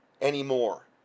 anymore